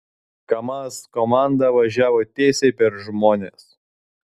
kamaz komanda važiavo tiesiai per žmones